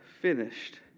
finished